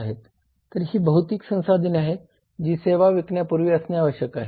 तर ही भौतिक संसाधने आहेत जी सेवा विकण्यापूर्वी असणे आवश्यक आहे